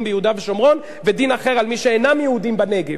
ביהודה ושומרון ודין אחר על מי שאינם יהודים בנגב.